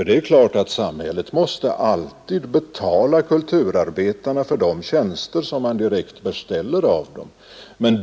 Det är klart att samhället alltid måste betala kulturarbetarna för de tjänster som det indirekt beställer av dem.